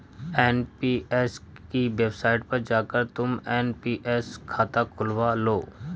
NPS की website पर जाकर तुम एन.पी.एस खाता खुलवा लो